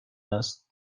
است